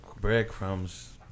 Breadcrumbs